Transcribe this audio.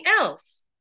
else